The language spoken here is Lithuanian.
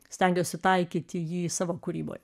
stengiuosi taikyti jį savo kūryboj